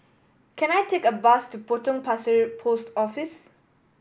can I take a bus to Potong Pasir Post Office